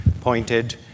pointed